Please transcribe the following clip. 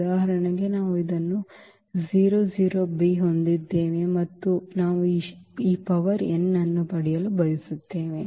ಉದಾಹರಣೆಗೆ ನಾವು ಇದನ್ನು 0 0 b ಹೊಂದಿದ್ದೇವೆ ಮತ್ತು ನಾವು ಈ ಶಕ್ತಿಯನ್ನು n ಪಡೆಯಲು ಬಯಸುತ್ತೇವೆ